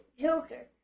Joker